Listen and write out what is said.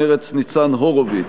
מרצ: ניצן הורוביץ.